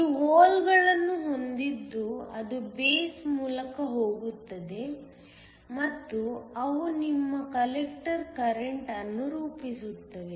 ನೀವು ಹೋಲ್ಗಳನ್ನು ಹೊಂದಿದ್ದು ಅದು ಬೇಸ್ ಮೂಲಕ ಹೋಗುತ್ತದೆ ಮತ್ತು ಅವು ನಿಮ್ಮ ಕಲೆಕ್ಟರ್ ಕರೆಂಟ್ ಅನ್ನುರೂಪಿಸುತ್ತವೆ